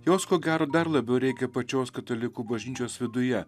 jos ko gero dar labiau reikia pačios katalikų bažnyčios viduje